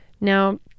Now